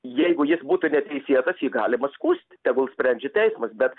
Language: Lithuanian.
jeigu jis būtų neteisėtas jį galima skųst tegul sprendžia teismas bet